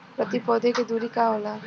प्रति पौधे के दूरी का होला?